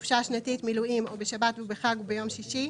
חופשה שנתית, מילואים, או בשבת ובחג וביום שישי,